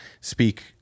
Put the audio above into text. speak